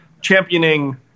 championing